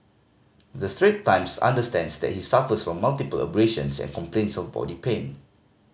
the Strait Times understands that he suffers from multiple abrasions and complains of body pain